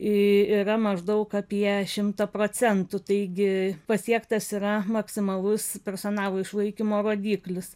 yra maždaug apie šimtą procentų taigi pasiektas yra maksimalus personalo išlaikymo rodiklis